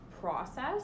process